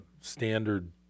standard